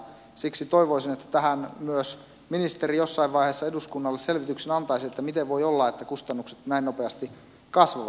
siksi toivoisin että tähän myös ministeri jossain vaiheessa eduskunnalle selvityksen antaisi että miten voi olla että kustannukset näin nopeasti kasvavat